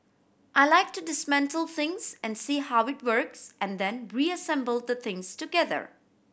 I like to dismantle things and see how it works and then reassemble the things together